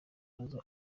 kibazo